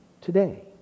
today